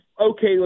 okay